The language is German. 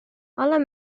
aller